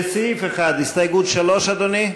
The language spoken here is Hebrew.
לסעיף 1, הסתייגות 3, אדוני?